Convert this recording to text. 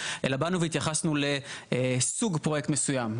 אלא באנו והתייחסנו לסוג פרויקט מסוים.